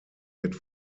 wird